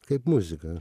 kaip muziką